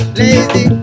lazy